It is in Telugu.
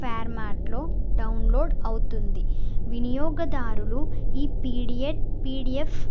ఫార్మాట్లో డౌన్లోడ్ అవుతుంది వినియోగదారులు ఈ పీడిఎట్ పిడిఎఫ్